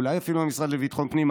אולי אפילו למשרד לביטחון פנים,